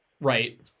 right